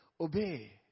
obey